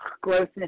grossness